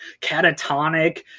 catatonic